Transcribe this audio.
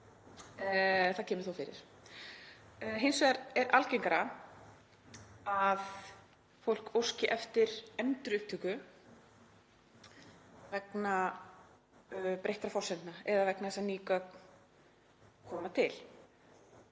það kemur þó fyrir. Hins vegar er algengara að fólk óski eftir endurupptöku vegna breyttra forsendna eða vegna þess að ný gögn hafa